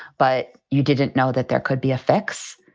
but you didn't know that there could be effects.